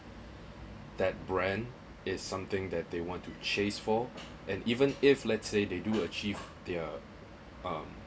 that brand is something that they want to chase for and even if let's say they do achieve their um